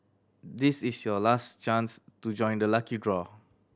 this is your last chance to join the lucky draw